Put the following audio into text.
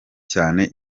cyane